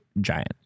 Giant